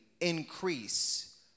increase